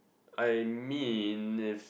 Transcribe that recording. I mean if